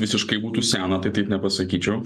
visiškai būtų sena tai taip nepasakyčiau